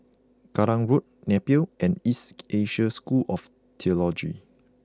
Kallang Road Napier and East Asia School of Theology